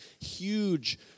huge